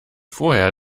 vorher